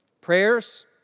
prayers